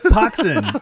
Poxin